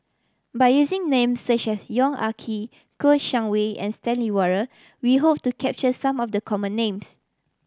by using names such as Yong Ah Kee Kouo Shang Wei and Stanley Warren we hope to capture some of the common names